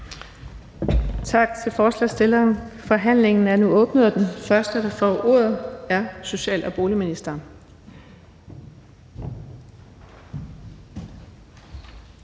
for forslagsstillerne. Forhandlingen er nu åbnet, og den første, der får ordet, er social- og boligministeren.